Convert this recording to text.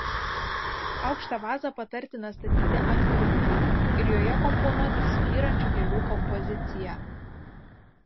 aukštą vazą patartina statyti ant grindų ir joje komponuoti svyrančių gėlių kompoziciją